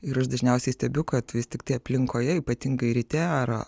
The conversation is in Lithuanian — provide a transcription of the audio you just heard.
ir aš dažniausiai stebiu kad vis tiktai aplinkoje ypatingai ryte ar